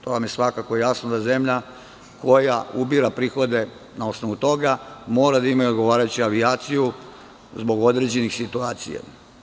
To vam je svakako jasno da zemlja koja ubira prihode na osnovu toga, mora da ima i odgovarajuću avijaciju zbog određenih situacija.